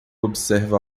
observa